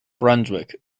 brunswick